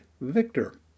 Victor